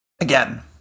again